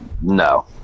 No